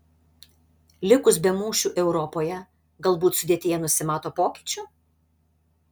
likus be mūšių europoje galbūt sudėtyje nusimato pokyčių